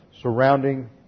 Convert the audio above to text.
surrounding